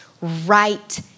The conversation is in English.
right